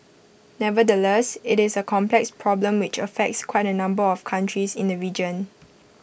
nevertheless IT is A complex problem which affects quite A number of countries in the region